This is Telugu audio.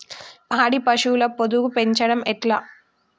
పాడి పశువుల పొదుగు పెంచడం ఎట్లా?